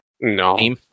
No